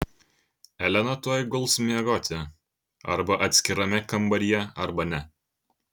elena tuoj guls miegoti arba atskirame kambaryje arba ne